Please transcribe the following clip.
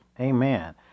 Amen